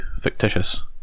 fictitious